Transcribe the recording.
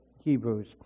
Hebrews